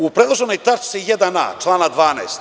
U predloženoj tački 1a člana 12.